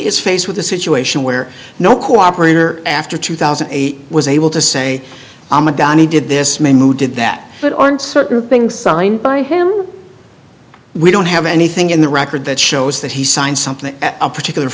is faced with a situation where no cooperator after two thousand and eight was able to say i'm a danny did this man who did that but aren't certain things signed by him we don't have anything in the record that shows that he signed something at a particular